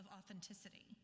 authenticity